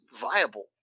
viable